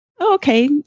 Okay